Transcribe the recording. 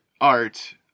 art